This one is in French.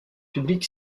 publique